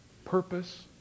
purpose